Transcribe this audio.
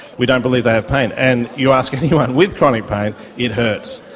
we don't believe they have pain, and you ask anyone with chronic pain it hurts,